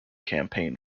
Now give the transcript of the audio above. campaign